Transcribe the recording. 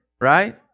right